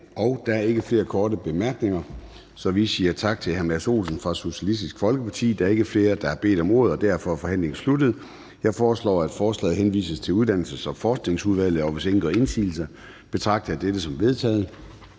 Der er ikke flere korte bemærkninger, så vi siger tak til hr. Mads Olsen fra Socialistisk Folkeparti. Der er ikke flere, der har bedt om ordet, og derfor er forhandlingen sluttet. Jeg foreslår, at forslaget til folketingsbeslutning henvises til Uddannelses- og Forskningsudvalget. Hvis ingen gør indsigelse, betragter jeg dette som vedtaget.